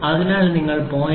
അതിനാൽ നിങ്ങൾ 0